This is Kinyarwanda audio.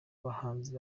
bahanzi